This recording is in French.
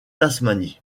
tasmanie